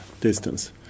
distance